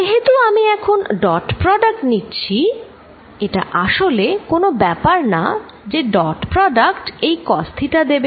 যেহেতু এখন আমি ডট প্রডাক্ট নিচ্ছি এটা আসলে কোন ব্যাপার না যে ডট প্রোডাক্ট এই কস থিটা দেবে